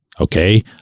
Okay